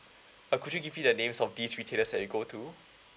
uh could you give me the names of these retailers that you go to